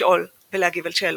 לשאול ולהשיב על שאלות.